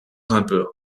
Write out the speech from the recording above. grimpeurs